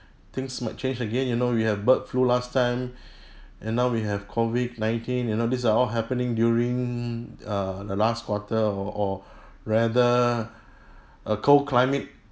things might change again you know we have bird flu last time and now we have COVID nineteen you know these are all happening during err the last quarter or or rather a cold climate